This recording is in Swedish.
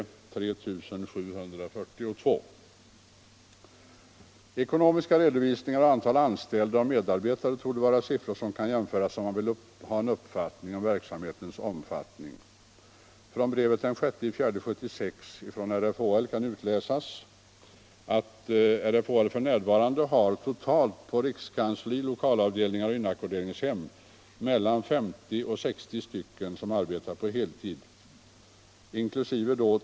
Ur brevet den 6 april 1976 kan utläsas att RFHL f.n. har totalt på rikskansli, lokalavdelningar och inackorderingshem mellan 50 och 60 personer som arbetar på heltid, inkl.